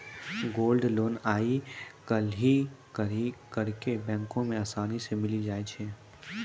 gold loan आइ काल्हि हरेक बैको मे असानी से मिलि जाय छै